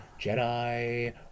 Jedi